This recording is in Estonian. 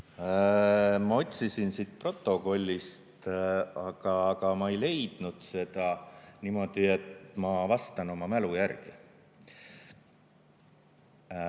Ma otsisin siit protokollist, aga ma ei leidnud seda niimoodi. Ma vastan oma mälu järgi.